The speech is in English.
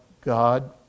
God